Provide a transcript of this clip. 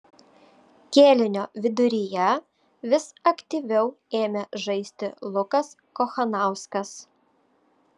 kėlinio viduryje vis aktyviau ėmė žaisti lukas kochanauskas